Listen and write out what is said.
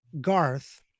Garth